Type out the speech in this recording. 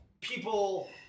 people